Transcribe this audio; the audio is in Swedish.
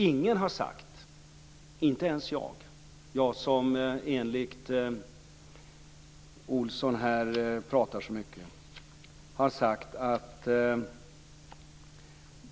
Ingen har sagt att